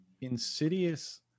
insidious